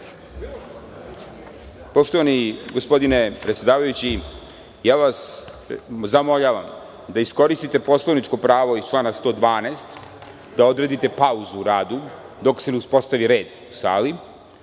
Poštovani gospodine predsedavajući, molim vas da iskoriste poslovničko pravo iz člana 112. i da odradite pauzu u radu dok se ne uspostavi red u sali